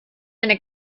eine